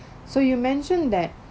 so you mentioned that